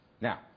Now